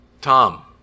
Tom